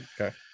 okay